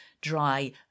dry